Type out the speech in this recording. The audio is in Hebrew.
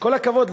בכל הכבוד,